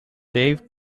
dave